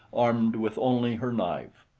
armed with only her knife.